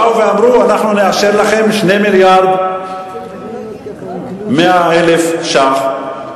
באו ואמרו: אנחנו נאשר לכם 2 מיליארד ו-100,000 ש"ח.